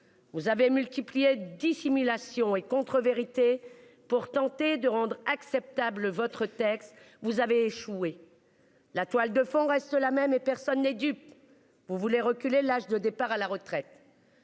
Vous avez multiplié dissimulation et contrevérités. Pour tenter de rendre acceptable. Votre texte, vous avez échoué. La toile de fond reste la même et personne n'est dupe. Vous voulez reculer l'âge de départ à la retraite.